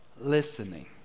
Listening